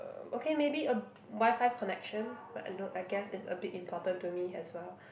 uh okay maybe a WiFi connection I guess it's a bit important to me as well